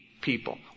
people